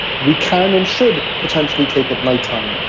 we can and should potentially take at nighttime,